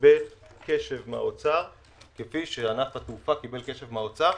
שקיבל קשב מהאוצר כפי שענף התעופה קיבל קשב מהאוצר.